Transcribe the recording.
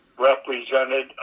represented